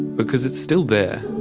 because it's still there,